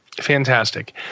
fantastic